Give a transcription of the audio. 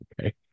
Okay